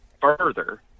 further